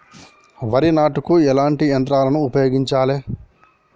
వరి నాటుకు ఎటువంటి యంత్రాలను ఉపయోగించాలే?